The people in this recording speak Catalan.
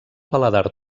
paladar